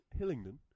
Hillingdon